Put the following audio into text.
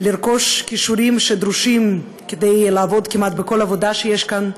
לרכוש את הכישורים הדרושים כדי לעבוד כמעט בכל עבודה שיש כאן,